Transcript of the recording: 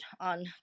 on